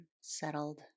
settled